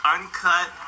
Uncut